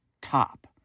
top